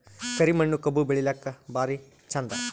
ಕರಿ ಮಣ್ಣು ಕಬ್ಬು ಬೆಳಿಲ್ಲಾಕ ಭಾರಿ ಚಂದ?